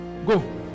Go